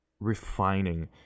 refining